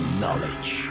knowledge